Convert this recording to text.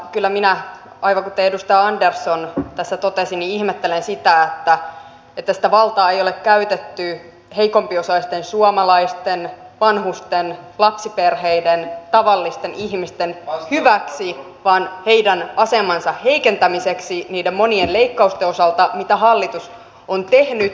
kyllä minä aivan kuten edustaja andersson tässä totesi ihmettelen sitä että sitä valtaa ei ole käytetty heikompiosaisten suomalaisten vanhusten lapsiperheiden tavallisten ihmisten hyväksi vaan heidän asemansa heikentämiseksi niiden monien leikkausten osalta mitä hallitus on tehnyt